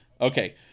Okay